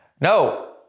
No